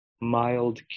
mild